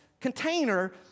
container